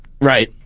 Right